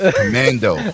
Commando